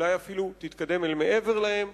ואולי אפילו תתקדם אל מעבר להם,